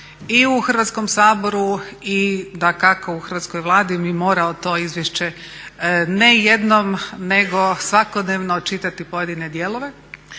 i u Hrvatskom saboru i dakako u hrvatskoj Vladi bi morao to izvješće ne jednom, nego svakodnevno čitati pojedine dijelove,